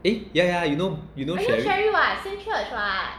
eh yeah yeah you know you know sherry